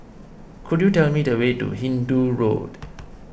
could you tell me the way to Hindoo Road